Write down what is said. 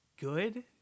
good